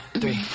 three